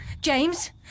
James